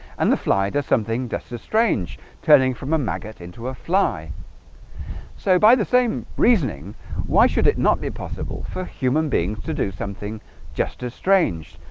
and the fly does something does a strange turning from a maggot into a fly so by the same reasoning why should it not be possible for human beings to do something just as strange?